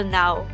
now